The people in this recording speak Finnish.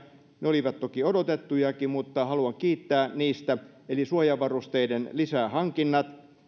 ne olivat toki odotettujakin mutta haluan kiittää niistä eli suojavarusteiden lisähankinnat